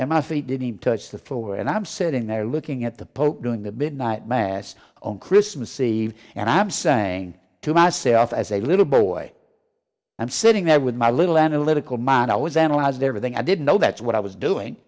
and my feet didn't touch the floor and i'm sitting there looking at the pope doing the big night mass on christmas eve and i'm saying to myself as a little boy i'm sitting there with my little analytical mind i was analyzed everything i didn't know that's what i was doing